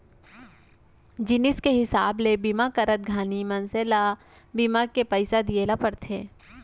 जिनिस के हिसाब ले बीमा करत घानी मनसे मन ल बीमा के पइसा दिये ल परथे